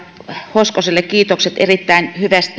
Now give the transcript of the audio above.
hoskoselle kiitokset erittäin